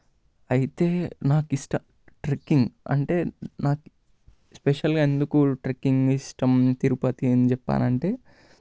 అయితే నాకు ఇష్టం ట్రెక్కింగ్ అంటే నాకు స్పెషల్గా ఎందుకు ట్రెక్కింగ్ ఇష్టం తిరుపతి అని చెప్పాను అంటే